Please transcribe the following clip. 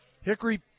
Hickory